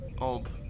old